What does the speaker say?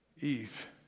Eve